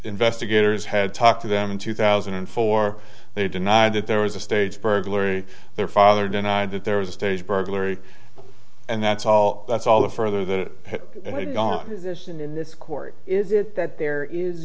investigators had talked to them in two thousand and four they denied that there was a stage burglary their father denied that there was a staged burglary and that's all that's all the further that have gone is this in this court is it that there is